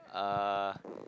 uh